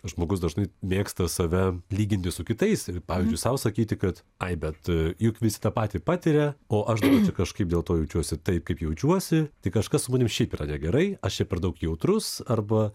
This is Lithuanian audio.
žmogus dažnai mėgsta save lyginti su kitais ir pavyzdžiui sau sakyti kad ai bet juk visi tą patį patiria o aš daugiau čia kažkaip dėl to jaučiuosi taip kaip jaučiuosi tai kažkas su manim šiaip yra negerai aš čia per daug jautrus arba